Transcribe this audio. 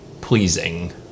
pleasing